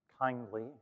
kindly